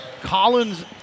Collins